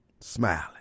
smiling